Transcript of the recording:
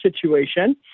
situation